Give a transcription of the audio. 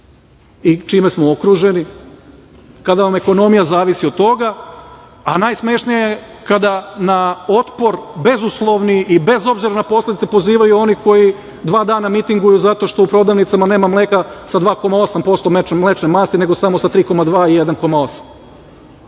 i čime smo okruženi, kada vam ekonomija zavisi od toga, a najsmešnije je kada na otpor bezuslovni i bez obzira na posledice pozivaju oni koji dva dana mitinguju zato što u prodavnicama nema mleka sa 2,8% mlečne masti, nego samo sa 3,2% i 1,8%.